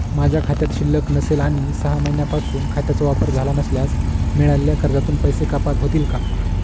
माझ्या खात्यात शिल्लक नसेल आणि सहा महिन्यांपासून खात्याचा वापर झाला नसल्यास मिळालेल्या कर्जातून पैसे कपात होतील का?